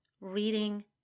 reading